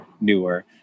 newer